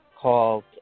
called